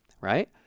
right